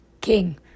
king